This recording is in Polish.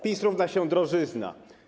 PiS równa się drożyzna.